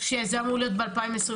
שזה אמור להיות ב-2022?